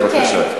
בבקשה.